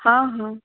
ହଁ ହଁ